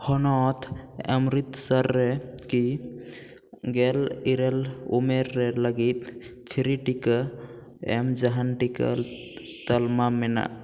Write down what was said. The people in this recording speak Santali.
ᱦᱚᱱᱚᱛ ᱚᱢᱨᱤᱛᱥᱚᱨ ᱨᱮ ᱠᱤ ᱜᱮᱞ ᱤᱨᱟᱹᱞ ᱩᱢᱮᱨ ᱨᱮ ᱞᱟᱹᱜᱤᱫ ᱯᱷᱨᱤ ᱴᱤᱠᱟᱹ ᱮᱢ ᱡᱟᱦᱟᱱ ᱴᱤᱠᱟᱹ ᱛᱟᱞᱢᱟ ᱢᱮᱱᱟᱜ